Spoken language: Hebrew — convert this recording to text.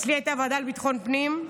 אצלי היא הייתה ועדה לביטחון פנים,